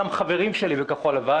גם חברים שלי בכחול לבן,